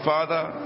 Father